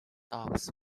docks